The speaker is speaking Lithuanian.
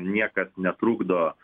niekas netrukdo